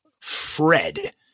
Fred